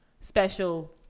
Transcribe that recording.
special